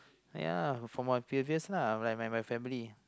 ya for for my previous lah like with my family